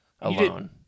alone